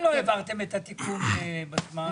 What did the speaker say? את התיקון בזמן?